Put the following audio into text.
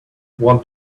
want